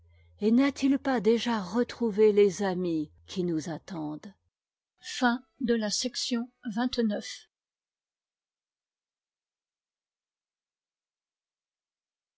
et n'a-t-il pas déjà retrouvé les amis qui nous attendent p chapitre